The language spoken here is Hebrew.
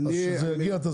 כשזה יגיע לכנסת,